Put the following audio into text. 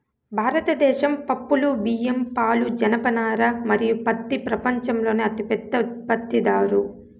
భారతదేశం పప్పులు, బియ్యం, పాలు, జనపనార మరియు పత్తి ప్రపంచంలోనే అతిపెద్ద ఉత్పత్తిదారు